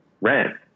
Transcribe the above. rent